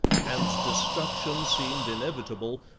and destruction seemed inevitable,